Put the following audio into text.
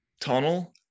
tunnel